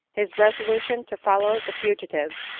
his resolution to follow the fugi tives,